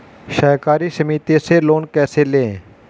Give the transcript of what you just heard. सहकारी समिति से लोन कैसे लें?